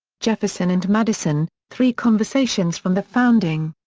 jefferson and madison three conversations from the founding.